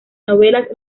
novelas